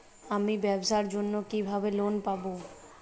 আমি ব্যবসার জন্য কিভাবে লোন পাব?